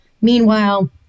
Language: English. Meanwhile